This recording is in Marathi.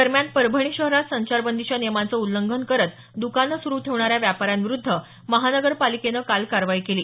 दरम्यान परभणी शहरात संचारबंदीच्या नियमांचं उल्लंघन करत दुकानं सुरु ठेवण्याऱ्या व्यापाऱ्यांविरुद्ध महापालिकेनं काल कारवाई केली